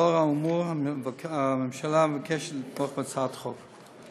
לאור האמור, הממשלה מבקשת לתמוך בהצעת החוק.